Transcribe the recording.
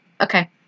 Okay